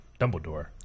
Dumbledore